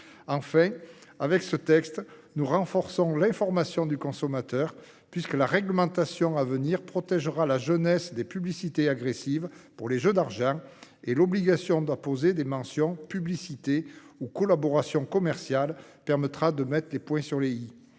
Enfin, avec ce texte, nous renforçons l'information du consommateur : la réglementation à venir protégera la jeunesse des publicités agressives pour les jeux d'argent, tandis que l'obligation d'apposer des mentions telles que « publicité » ou « collaboration commerciale » permettra de mettre les points sur les i.